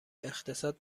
اقتصاد